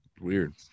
Weird